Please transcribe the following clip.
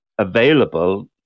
available